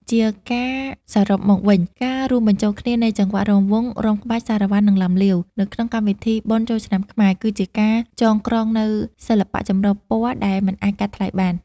ជាការសរុបមកវិញ ការរួមបញ្ចូលគ្នានៃចង្វាក់រាំវង់ រាំក្បាច់ សារ៉ាវ៉ាន់ និងឡាំលាវ នៅក្នុងកម្មវិធីបុណ្យចូលឆ្នាំខ្មែរ គឺជាការចងក្រងនូវសិល្បៈចម្រុះពណ៌ដែលមិនអាចកាត់ថ្លៃបាន។